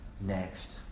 next